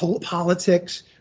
politics